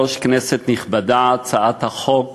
להצעת החוק הבאה: הצעת חוק